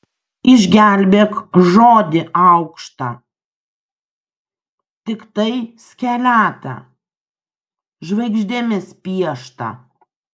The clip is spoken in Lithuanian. išgelbėk žodį aukštą tiktai skeletą žvaigždėmis pieštą